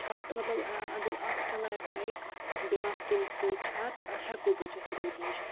چھاتہٕ مطلب اگر اَکھ چلے بایِک بیٛاکھ تُلۍ سۭتۍ چھاتہٕ ہیٚکو بٔچِتھ روٗد نِش